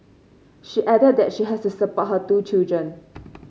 she added that she has to support her two children